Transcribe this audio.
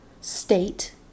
state